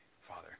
Father